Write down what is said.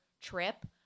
trip